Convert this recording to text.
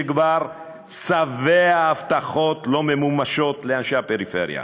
שכבר שבע הבטחות לא ממומשות לאנשי הפריפריה.